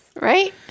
right